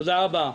תודה רבה.